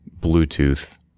Bluetooth